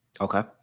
Okay